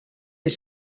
est